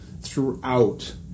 throughout